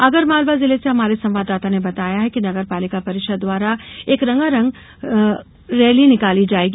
आगरमालवा जिले से हमारे संवाददाता ने बताया है कि नगरपालिका परिषद द्वारा एक रंगारंग गैर निकाली जायेगी